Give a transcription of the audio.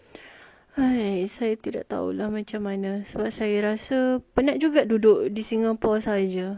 saya tidak tahu macam mana sebab saya rasa penat juga duduk di singapore sahaja